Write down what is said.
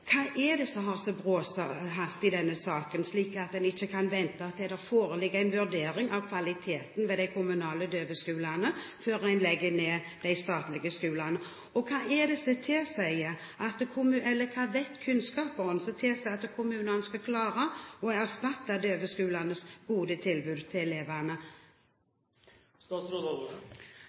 Hva er det som har sånn bråhast i denne saken, slik at en ikke kan vente til det foreligger en vurdering av kvaliteten ved de kommunale døveskolene før en legger ned de statlige skolene? Hva vet kunnskapsministeren som tilsier at kommunene skal klare å erstatte døveskolenes gode tilbud til elevene? Vi har en rekke gode kommunale tilbud til